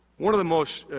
one of the most,